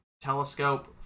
telescope